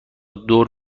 دور